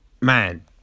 man